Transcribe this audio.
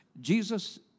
Jesus